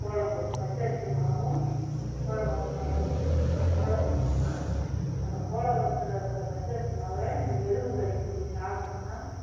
கோலம் போட்டு பச்சரிசி மாவும் கோலமாவும் கலந்து கோலம் போட்டோம்னா அந்த கோலத்தில் இருக்கிற பச்சரிசி மாவை இந்த எறும்புகள் எடுத்துட்டு போய் சாப்பிட்டுச்சுனா